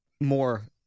more